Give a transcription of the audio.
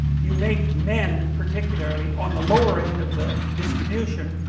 you make men, particularly, on the lower end of the distribution,